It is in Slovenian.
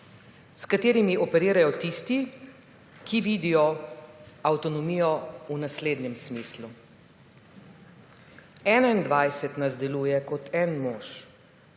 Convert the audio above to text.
s katerimi operirajo tisti, ki vidijo avtonomijo v naslednjem smislu: 21 nas deluje kot en mož,